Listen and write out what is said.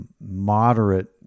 moderate